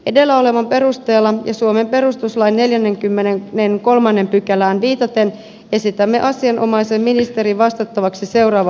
edellä olevan perusteella ja suomen perustuslain neljännen kymmenen len kolmannen pykälään viitaten esitämme asianomaisen ministerin vastattavaksi seuraava